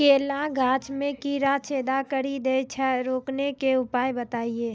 केला गाछ मे कीड़ा छेदा कड़ी दे छ रोकने के उपाय बताइए?